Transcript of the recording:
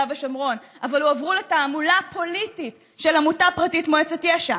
ושומרון אבל הועברו לתעמולה פוליטית של עמותה פרטית: מועצת יש"ע.